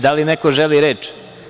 Da li neko želi reč?